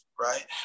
Right